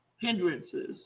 hindrances